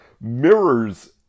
mirrors